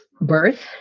birth